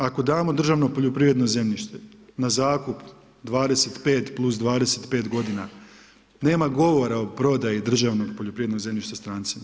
Ako damo državno poljoprivredno zemljište na zakup 25 + 25 godina nema govora o prodaji državnog poljoprivrednog zemljišta strancima.